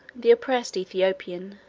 the oppressed ethiopean.